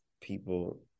people